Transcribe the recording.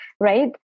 right